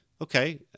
okay